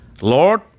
Lord